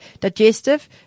Digestive